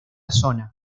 zona